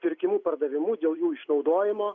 pirkimu pardavimu dėl jų išnaudojimo